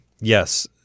Yes